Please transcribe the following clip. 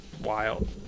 wild